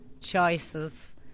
Choices